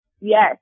Yes